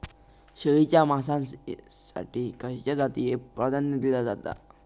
शेळीच्या मांसाएसाठी खयच्या जातीएक प्राधान्य दिला जाता?